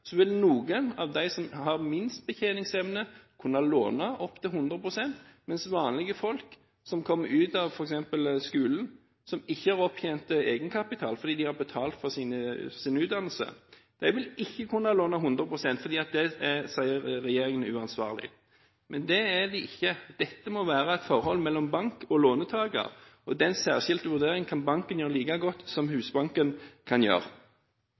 vil noen av de som har minst betjeningsevne, kunne låne opptil 100 pst., mens vanlige folk som f.eks. kommer ut av skolen, som ikke har opptjent egenkapital fordi de har betalt for sin utdannelse, ikke vil kunne låne 100 pst., for det sier regjeringen er uansvarlig. Men det er det ikke. Dette må være et forhold mellom bank og låntaker, og den særskilte vurderingen kan banken gjøre like godt som Husbanken.